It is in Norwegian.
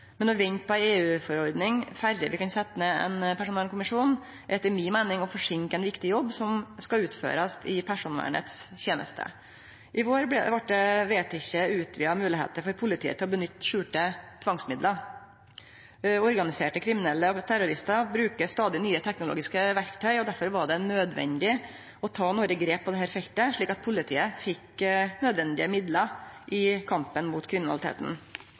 Men å vente på ei EU-forordning før vi kan setje ned ein personvernkommisjon er etter mi meining å forsinke ein viktig jobb som skal utførast i personvernets teneste. I vår vart det vedteke utvida moglegheiter for politiet til å nytte skjulte tvangsmiddel. Organiserte kriminelle og terroristar bruker stadig nye teknologiske verktøy, og derfor var det nødvendig å ta nokre grep på dette feltet, slik at politiet fekk nødvendige middel i kampen mot kriminaliteten.